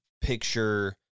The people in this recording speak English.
picture